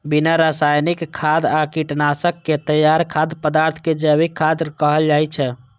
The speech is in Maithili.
बिना रासायनिक खाद आ कीटनाशक के तैयार खाद्य पदार्थ कें जैविक खाद्य कहल जाइ छै